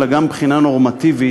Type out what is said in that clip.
אלא גם מבחינה נורמטיבית,